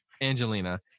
Angelina